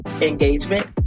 engagement